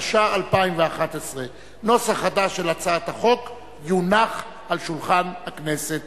התשע"א 2011. נוסח חדש של הצעת החוק יונח על שולחן הכנסת.